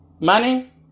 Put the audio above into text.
money